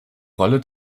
rolle